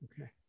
okay